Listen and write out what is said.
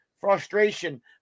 frustration